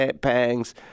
pangs